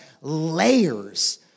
layers